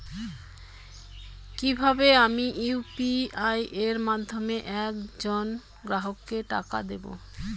কিভাবে আমি ইউ.পি.আই এর মাধ্যমে এক জন গ্রাহককে টাকা দেবো?